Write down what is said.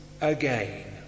again